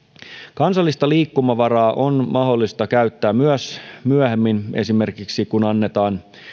kansallista liikkumavaraa on mahdollista käyttää myös myöhemmin esimerkiksi kun annetaan